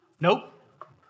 nope